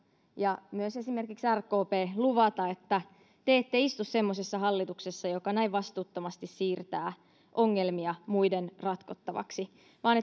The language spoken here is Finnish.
ja myös esimerkiksi rkp luvata että te ette istu semmoisessa hallituksessa joka näin vastuuttomasti siirtää ongelmia muiden ratkottavaksi vaan